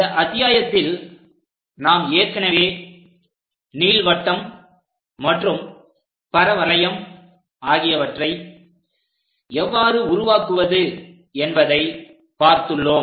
இந்த அத்தியாயத்தில் நாம் ஏற்கனவே நீள்வட்டம் மற்றும் பரவளையம் ஆகியவற்றை எவ்வாறு உருவாக்குவது என்பதை பார்த்துள்ளோம்